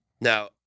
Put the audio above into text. Now